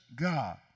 God